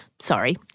sorry